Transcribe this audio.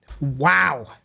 wow